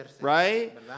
Right